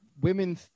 women